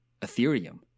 Ethereum